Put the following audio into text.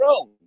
own